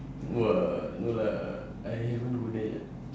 !wah! no lah I haven't go there yet